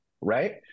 Right